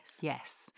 Yes